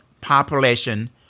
population